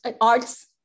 Arts